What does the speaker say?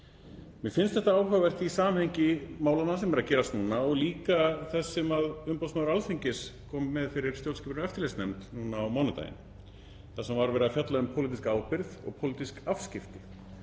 Mér finnst þetta áhugavert í samhengi málanna sem eru að gerast núna og líka þess sem umboðsmaður Alþingis kom fram með fyrir stjórnskipunar- og eftirlitsnefnd núna á mánudaginn, þar sem var verið að fjalla um pólitíska ábyrgð og pólitísk afskipti.